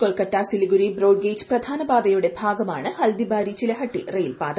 Kolkata Siliguri broad gauge പ്രധാന പാതയുടെ ഭാഗമാണ് ഹൽദിബാരി ചിലഹട്ടി റെയിൽപാത